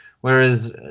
Whereas